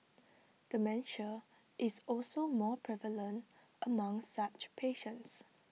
dementia is also more prevalent among such patients